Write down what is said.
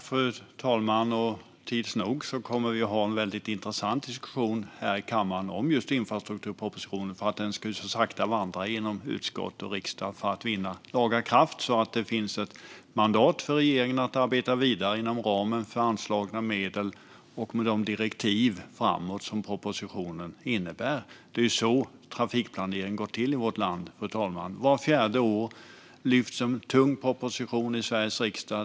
Fru talman! Tids nog kommer vi att ha en väldigt intressant diskussion här i kammaren om just infrastrukturpropositionen. Den ska ju så sakta vandra genom utskott och riksdag för att vinna laga kraft, så att det finns ett mandat för regeringen att arbeta vidare inom ramen för anslagna medel och med de direktiv framåt som propositionen innebär. Det är så trafikplanering går till i vårt land, fru talman. Vart fjärde år lyfts en tung proposition i Sveriges riksdag.